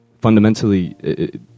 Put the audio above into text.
fundamentally